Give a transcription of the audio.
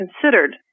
considered